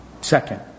Second